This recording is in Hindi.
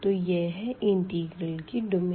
तो यह है इंटिग्रल की डोमेन